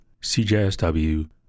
cjsw